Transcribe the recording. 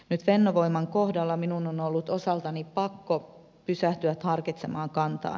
nyt fennovoiman kohdalla minun on ollut osaltani pakko pysähtyä harkitsemaan kantaani